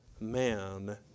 man